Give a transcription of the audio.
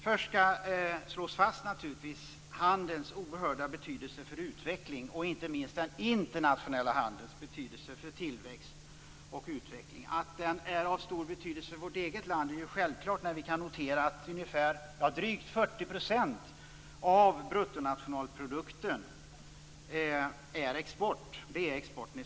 Först skall jag slå fast den internationella handelns oerhörda betydelse för utveckling och tillväxt. Det är självklart att handeln har stor betydelse för vårt eget land. Vi kan notera att drygt 40 % av bruttonationalprodukten utgörs av export.